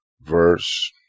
verse